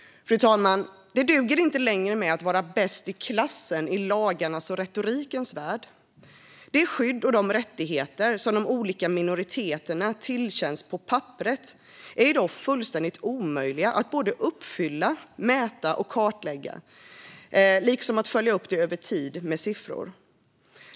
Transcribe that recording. Fru talman! Det duger inte längre att bara vara bäst i klassen i lagarnas och retorikens värld. Det skydd och de rättigheter som de olika minoriteterna tillerkänns på papperet är i dag fullständigt omöjliga att både uppfylla, mäta och kartlägga liksom att följa upp över tid med siffror.